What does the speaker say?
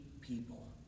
people